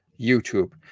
YouTube